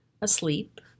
asleep